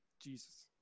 Jesus